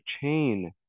chain